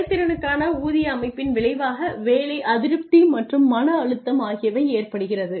செயல்திறனுக்கான ஊதிய அமைப்பின் விளைவாக வேலை அதிருப்தி மற்றும் மன அழுத்தம் ஆகியவை ஏற்படுகிறது